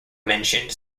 mentioned